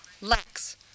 lacks